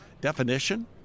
definition